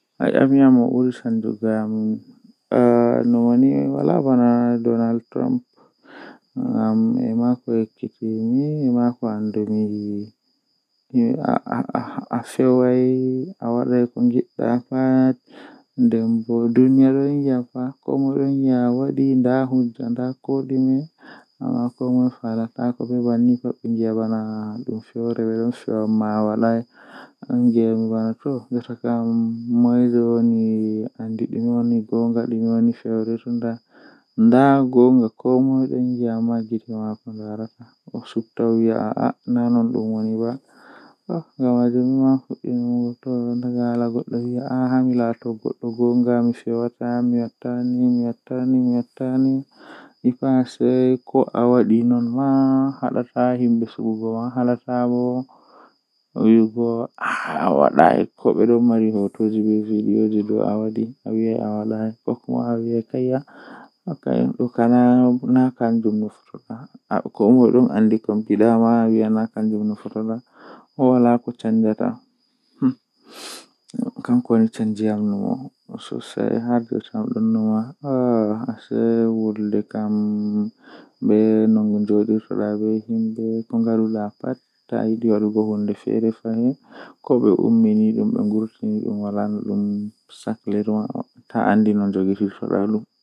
Ndabbawa boosaru jei mi buri yiduki kanjum bosayel peskuturum baleejum ngam kanjum do don voowa himbe masin nden to voowi ma lattan bana sobaajo ma on tokkan wodugo hunndeeji duddum be makko.